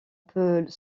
peut